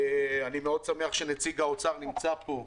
אני שמח מאוד שנציג משרד האוצר נמצא פה,